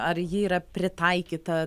ar ji yra pritaikyta